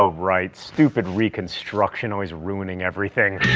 ah right. stupid reconstruction always ruining everything